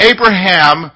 Abraham